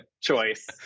choice